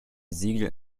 siegel